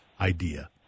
idea